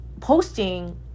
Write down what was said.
posting